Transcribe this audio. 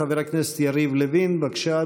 חבר הכנסת יריב לוין, בבקשה,